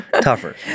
tougher